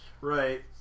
Right